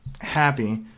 happy